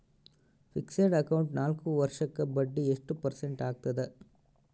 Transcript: Fixed account ನಾಲ್ಕು ವರ್ಷಕ್ಕ ಬಡ್ಡಿ ಎಷ್ಟು ಪರ್ಸೆಂಟ್ ಆಗ್ತದ?